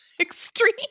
Extreme